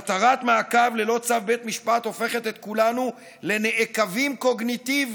התרת מעקב ללא צו בית משפט הופכת את כולנו לנעקבים קוגניטיביים,